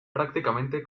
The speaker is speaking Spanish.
prácticamente